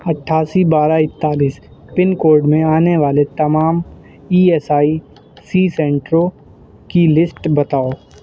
اٹھاسی بارہ اکتالیس پن کوڈ میں آنے والے تمام ای ایس آئی سی سینٹروں کی لیسٹ بتاؤ